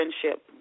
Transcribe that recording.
friendship